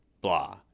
blah